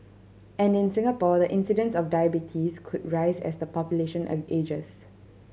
and in Singapore the incidence of diabetes could rise as the population an ages